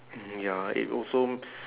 ya it also